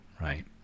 right